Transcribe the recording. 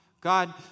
God